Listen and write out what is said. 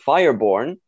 Fireborn